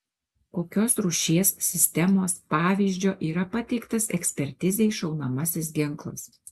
kokios rūšies sistemos pavyzdžio yra pateiktas ekspertizei šaunamasis ginklas